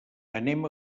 anem